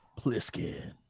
Pliskin